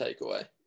takeaway